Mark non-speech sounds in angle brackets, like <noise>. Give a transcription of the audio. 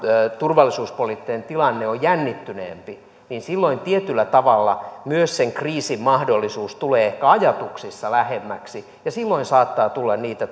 turvallisuuspoliittinen tilanne on jännittyneempi niin silloin tietyllä tavalla myös sen kriisin mahdollisuus tulee ehkä ajatuksissa lähemmäksi ja silloin saattaa tulla niitä <unintelligible>